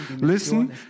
listen